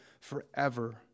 forever